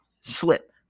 slip